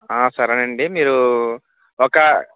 ఆ సరే అండి మీరు ఒక